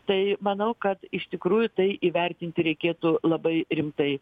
tai manau kad iš tikrųjų tai įvertinti reikėtų labai rimtai